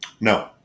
No